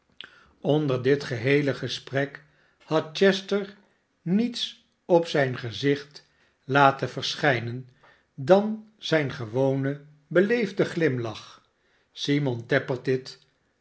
onder dit geheele gesprek had chester niets op zijn gezicht laten verschijnen dan zijn gewonen beleefden glimlach simon tappertit